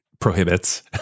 prohibits